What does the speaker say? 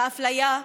האפליה,